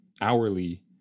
hourly